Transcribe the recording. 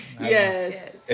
Yes